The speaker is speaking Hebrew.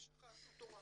יש לך בתורה,